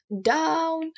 down